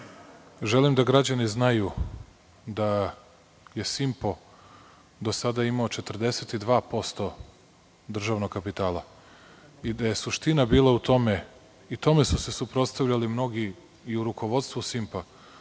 želim da građani znaju da je „Simpo“ do sada imao 42% državnog kapitala i da je suština bila u tome, i tome su se suprotstavljali mnogi i u rukovodstvu „Simpa“,